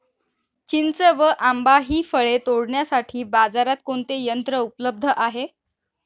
चिंच व आंबा हि फळे तोडण्यासाठी बाजारात कोणते यंत्र उपलब्ध आहे?